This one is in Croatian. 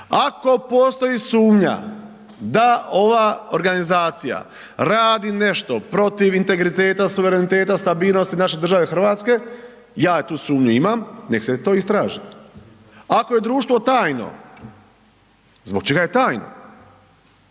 Ako postoji sumnja da ova organizacija radi nešto protiv integriteta, suvereniteta, stabilnosti naše države Hrvatske, ja tu sumnju imam, nek se to istraži. Ako je društvo tajno, zbog čega je tajno.